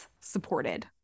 Supported